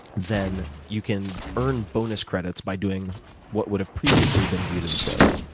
then you can earn bonus credits by doing what would have previously been viewed as a failure.